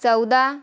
चौदा